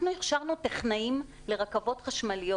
אנחנו הכשרנו טכנאים לרכבות חשמליות